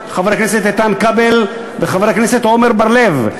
חבר הכנסת איתן כבל וחבר הכנסת עמר בר-לב,